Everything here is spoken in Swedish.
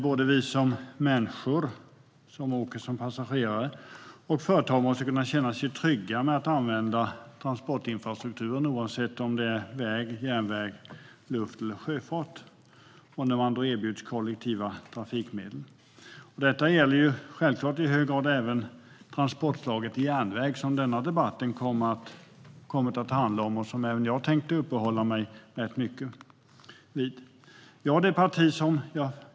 Både vi människor, som är passagerare, och företag måste kunna känna trygghet med att använda transportinfrastrukturen oavsett om det är väg, järnväg, luftfart eller sjöfart och när man erbjuds kollektiva trafikmedel. Detta gäller självklart i hög grad även transportslaget järnväg som denna debatt handlar om och som även jag tänkte uppehålla mig rätt mycket vid.